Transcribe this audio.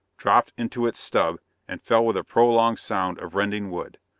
dropped into its stub and fell with a prolonged sound of rending wood.